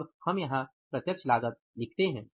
अब हम यहाँ प्रत्यक्ष श्रम लागत लिखते हैं